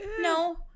No